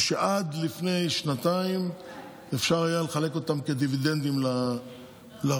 עד לפני שנתיים אפשר היה לחלק אותן כדיבידנדים לרשות,